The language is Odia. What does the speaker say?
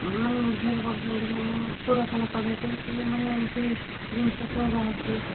ଆମମାନେ ନିର୍ଭର କରୁଛନ୍ତି ମାନେ ପୁରାତନ ପଦ୍ଧତି କି ମାନେ ଏମିତି ଜିନିଷ ସବୁ ବାହାରୁଛି